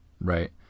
Right